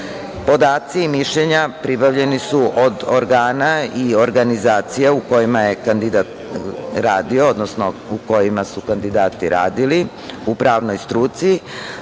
Podaci i mišljenja pribavljeni su od organa i organizacija u kojima je kandidat radio, odnosno u kojima su kandidati radili u pravnoj struci,